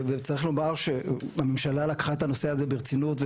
וצריך לומר שהממשלה לקחה את הנושא הזה ברצינות,